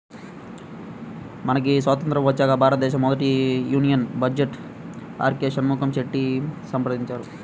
మనకి స్వతంత్రం వచ్చాక భారతదేశ మొదటి యూనియన్ బడ్జెట్ను ఆర్కె షణ్ముఖం చెట్టి సమర్పించారు